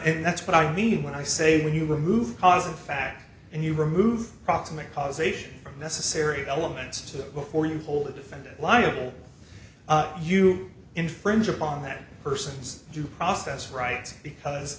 and that's what i mean when i say when you remove positive fact and you remove proximate cause ation necessary elements to before you hold a defendant liable you infringe upon that person's due process rights because